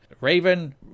Raven